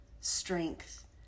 strength